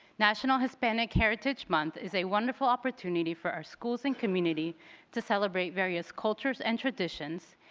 national hispanic heritage month is a wonderful opportunity for our schools and community to celebrate various cultures and traditions,